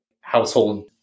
household